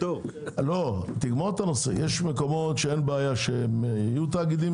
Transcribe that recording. יש מקומות שאין בעיה שיהיו תאגידים